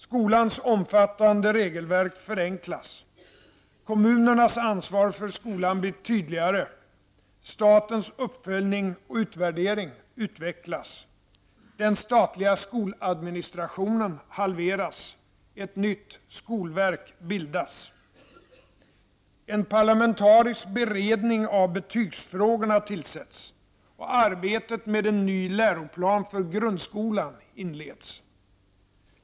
Skolans omfattande regelverk förenklas. Kommunernas ansvar för skolan blir tydligare. Statens uppföljning och utvärdering utvecklas. Den statliga skoladministrationen halveras. Ett nytt skolverk bildas. En parlamentarisk beredning av betygsfrågorna tillsätts, och arbetet med en ny läroplan för grundskolan inleds.